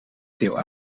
veel